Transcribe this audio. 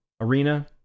arena